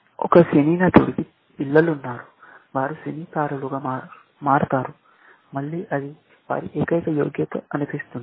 ఒక సినీ నటుడికి పిల్లలు ఉన్నారు వారు సినీ తారలుగా మారతారు మళ్ళీ అది వారి ఏకైక యోగ్యత అనిపిస్తుంది